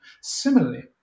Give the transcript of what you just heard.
Similarly